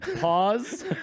Pause